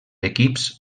equips